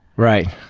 right.